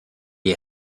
est